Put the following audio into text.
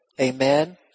Amen